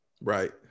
Right